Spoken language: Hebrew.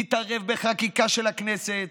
מתערב בחקיקה של הכנסת,